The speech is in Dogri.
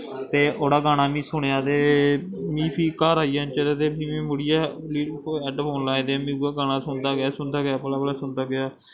ते ओह्कड़ा गाना में सुनेआ ते मीं फ्ही घर आई गेआ इन्नै चिर ते में फ्ही मुड़ियै हैड फोन लाए दे हे मीं उऐ गाना सुनदा गेआ सुनदा गेआ पला पला सुनदा गेआ